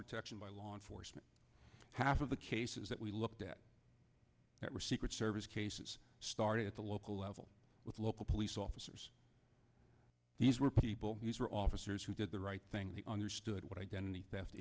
protection by law enforcement half of the cases that we looked at that were secret service cases started at the local level with local police officers these were people who were officers who did the right thing the understood what identity theft